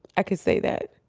i can say that.